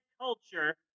culture